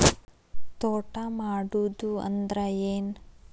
ತೋಟ ಮಾಡುದು ಅಂದ್ರ ಏನ್?